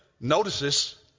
notices